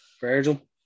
Virgil